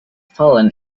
fallen